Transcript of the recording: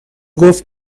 گفت